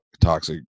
toxic